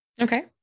Okay